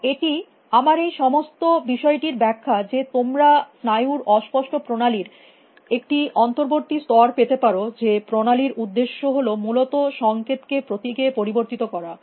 এবং এটি আমার এই সমস্ত বিষয়টি র ব্যাখ্যা যে তোমরা স্নায়ুর অস্পস্ট প্রণালী র একটি অন্তর্বর্তী স্তর পেতে পারো যে প্রণালী র উদ্দেশ্য হল মূলত সংকেত কে প্রতীকে পরিবর্তিত করা